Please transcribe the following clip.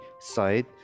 side